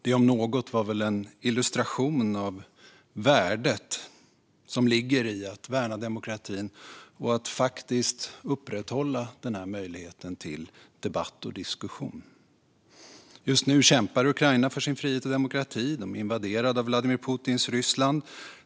Det om något var väl en illustration av värdet i att värna demokratin och att upprätthålla den här möjligheten till debatt och diskussion. Just nu kämpar Ukraina för sin frihet och demokrati. De invaderas av Vladimir Putins Ryssland.